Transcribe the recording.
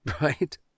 Right